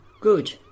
Good